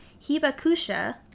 Hibakusha